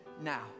now